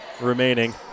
remaining